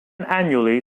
annually